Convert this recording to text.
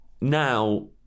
now